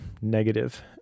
negative